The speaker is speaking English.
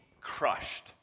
crushed